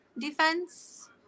defense